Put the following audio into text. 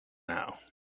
now